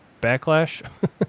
backlash